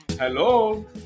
Hello